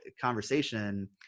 conversation